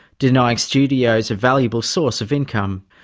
denying studios a valuable source of income.